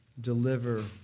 deliver